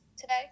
today